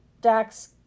Dax